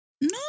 No